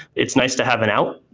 it's nice to have an out,